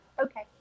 Okay